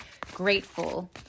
grateful